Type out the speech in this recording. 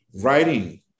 writing